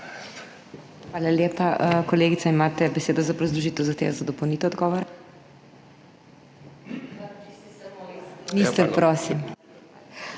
Hvala lepa. Kolegica, imate besedo za obrazložitev zahteve za dopolnitev odgovora. Minister, prosim,